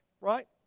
right